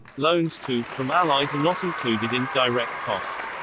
loans to from allies are not included in direct cost.